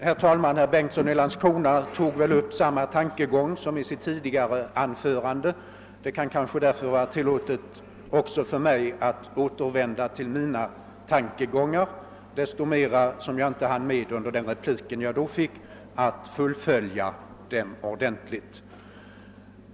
Herr talman! Herr Bengtsson i Landskrona tog upp samma tankegång nu som i sitt tidigare anförande. Det kan kanske därför vara tillåtet också för mig att återvända till mina tankegångar, desto mera som jag inte hann med att under den förra repliken fullfölja dem ordentligt.